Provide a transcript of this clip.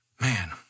man